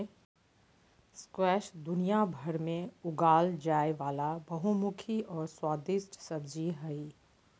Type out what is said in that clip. squash दुनियाभर में उगाल जाय वला बहुमुखी और स्वादिस्ट सब्जी हइ